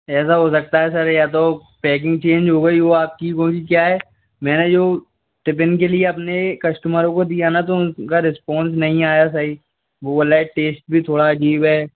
ऐसा हो सकता है सर या तो पैकिंग चेंज हो गई हो आपकी क्योंकि क्या है मैंने जो टिफ़िन के लिए अपने कस्टमर को दिया ना तो उनका रेस्पोंस नहीं आया सही वह बोल रहा टेस्ट भी थोड़ा अजीब है